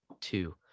two